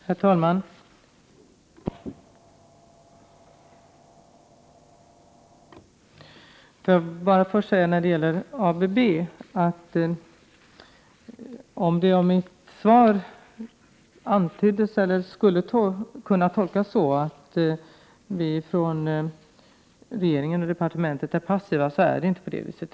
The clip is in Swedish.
Herr talman! Får jag först säga när det gäller ABB, om mitt svar skulle kunna tolkas så att vi från regeringen eller departementet är passiva, att det inte är på det viset.